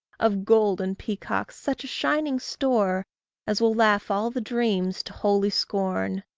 of gold and peacocks such a shining store as will laugh all the dreams to holy scorn,